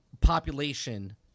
population